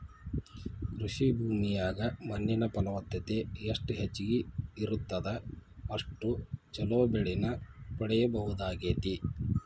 ಕೃಷಿ ಭೂಮಿಯಾಗ ಮಣ್ಣಿನ ಫಲವತ್ತತೆ ಎಷ್ಟ ಹೆಚ್ಚಗಿ ಇರುತ್ತದ ಅಷ್ಟು ಚೊಲೋ ಬೆಳಿನ ಪಡೇಬಹುದಾಗೇತಿ